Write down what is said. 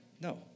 No